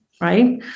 right